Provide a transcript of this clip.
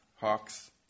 hawks